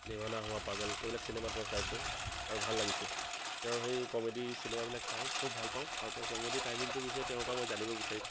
দিৱানা হোৱা পাগল এইবিলাক চিনেমা তেওঁৰ চাইছোঁ আৰু ভাল লাগিছে তেওঁৰ সেই কমেডী চিনেমাবিলাক চাই খুব ভাল পাওঁ আৰু তেওঁৰ কমেডী টাইমিংটোৰ বিষয়ে তেওঁৰ পৰা মই জানিব বিচাৰিম